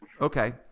Okay